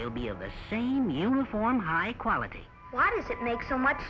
they'll be of the same uniform high quality why does it make so much